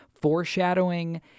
foreshadowing